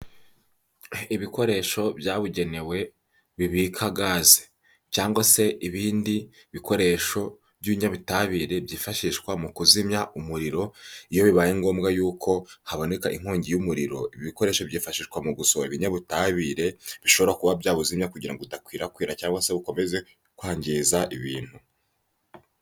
Ibikoresho byabugenewe bibika gazi, cyangwa se ibindi bikoresho by'ibinyabutabire byifashishwa mu kuzimya umuriro iyo bibaye ngombwa y'uko haboneka inkongi y'umuriro. Ibi bikoresho byifashishwa mu gusohora ibinyabutabire bishobora kuba byawuzimya kugira udakwirakwira cyangwa se ugakomeza kwangiza ibintu.